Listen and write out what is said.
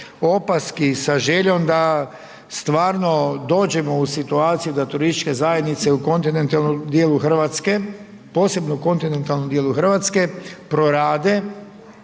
opaski sa željom da stvarno dođemo u situaciju da turističke zajednice u kontinentalnom dijelu Hrvatske, posebno u kontinentalnom dijelu Hrvatske prorade,